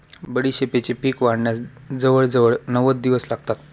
बडीशेपेचे पीक वाढण्यास जवळजवळ नव्वद दिवस लागतात